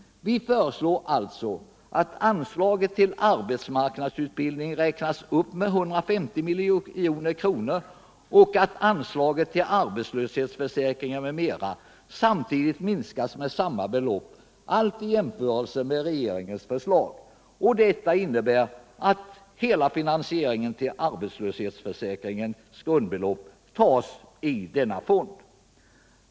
Vi föreslår alltså att anslaget till arbetsmarknadsutbildning räknas upp med 150 milj.kr. och att anslaget till arbetslöshetsförsäkring m.m. samtidigt minskas med samma belopp; allt i jämförelse med regeringens förslag. Detta innebär att hela finansieringen av arbetslöshetsförsäkringens grundbelopp kommer från denna fond.